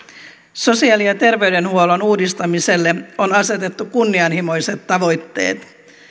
sosiaali ja terveydenhuollon uudistamiselle on asetettu kunnianhimoiset tavoitteet